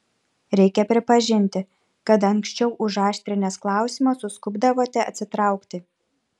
reikia pripažinti kad anksčiau užaštrinęs klausimą suskubdavote atsitraukti